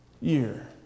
year